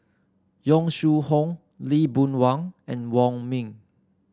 Yong Shu Hoong Lee Boon Wang and Wong Ming